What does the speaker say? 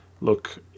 look